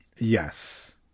Yes